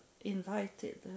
invited